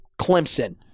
Clemson